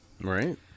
Right